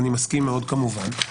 אני מסכים מאוד כמובן,